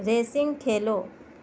racing Khelo